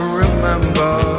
remember